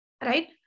right